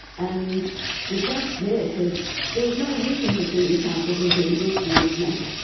and the judge there said there is no reason for senior counsel to have been briefed in this matter,